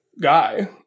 guy